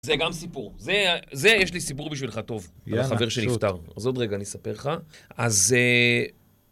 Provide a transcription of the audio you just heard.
זה גם סיפור. זה יש לי סיפור בשבילך טוב. על החבר שנפטר. אז עוד רגע, אני אספר לך. אז...